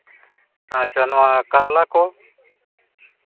ᱟᱪᱪᱷᱟ ᱱᱚᱣᱟ ᱠᱟᱨᱞᱟ ᱠᱚ